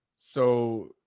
so,